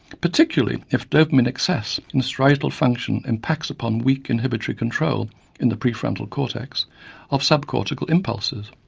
particularly if dopamine excess in striatal function impacts upon weak inhibitory control in the prefrontal cortex of subcortical impulses.